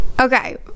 okay